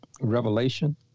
Revelation